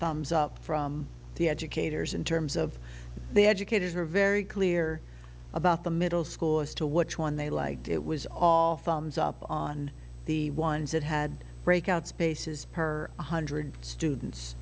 thumbs up from the educators in terms of the educators are very clear about the middle school as to which one they liked it was all thumbs up on the ones that had breakout spaces per one hundred students